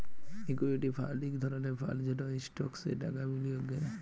equity fund ইক ধরলের fund যেট ইস্টকসে টাকা বিলিয়গ ক্যরে